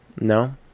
No